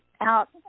out